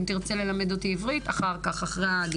אם תרצה ללמד אותי עברית, אחרי הדיון.